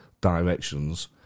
directions